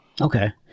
Okay